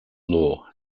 law